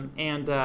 and,